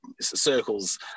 circles